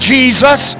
Jesus